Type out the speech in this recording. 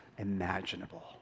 imaginable